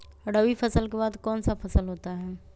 रवि फसल के बाद कौन सा फसल होता है?